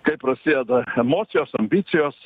kai prasideda emocijos ambicijos